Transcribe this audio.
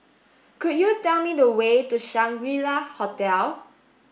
could you tell me the way to Shangri La Hotel